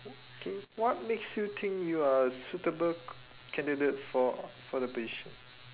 okay what makes you think you are a suitable candidate for for the position